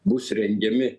bus rengiami